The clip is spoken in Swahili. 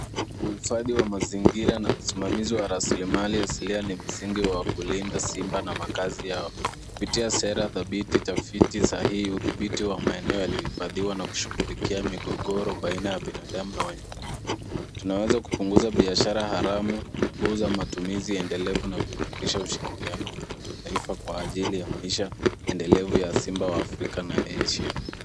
Uhifadhi wa mazingira na usimamizi wa rasilimali asilia ni msingi wa kulinda simba na makazi yao. Kupitia sera thabiti, tafiti sahihi, udhibiti wa maeneo yaliyohifadhiwa na kushughulikia migogoro baina ya binadamu na wanyamapori, tunaweza kupunguza biashara haramu, kukuza matumizi endelevu na kuimarisha ushirikiano wa kimataifa kwa ajili ya maisha endelevu ya simba wa Afrika na Asia.